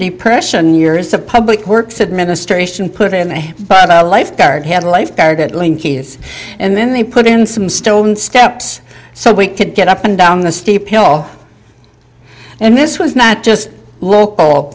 depression years of public works administration put in a lifeguard had a lifeguard at linkages and then they put in some stone steps so we could get up and down the steep hill and this was not just local